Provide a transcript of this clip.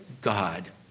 God